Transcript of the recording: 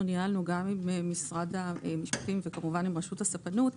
ניהלנו גם עם משרד המשפטים וכמובן עם רשות הספנות,